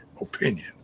opinion